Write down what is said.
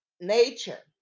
nature